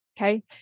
okay